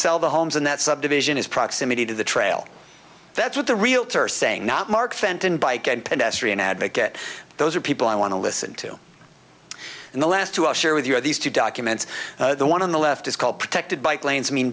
sell the homes in that subdivision is proximity to the trail that's what the realtor saying not mark fenton bike and pedestrian advocate those are people i want to listen to and the last two i'll share with you are these two documents the one on the left is called protected bike lanes mean